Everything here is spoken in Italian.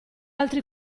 altri